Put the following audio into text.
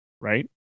right